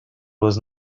was